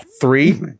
Three